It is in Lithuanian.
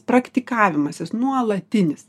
praktikavimasis nuolatinis